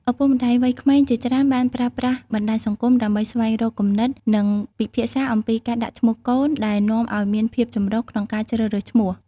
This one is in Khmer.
ឪពុកម្តាយវ័យក្មេងជាច្រើនបានប្រើប្រាស់បណ្តាញសង្គមដើម្បីស្វែងរកគំនិត និងពិភាក្សាអំពីការដាក់ឈ្មោះកូន ដែលនាំឱ្យមានភាពចម្រុះក្នុងការជ្រើសរើសឈ្មោះ។